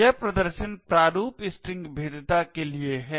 यह प्रदर्शन प्रारूप स्ट्रिंग भेद्यता के लिए है